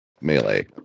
Melee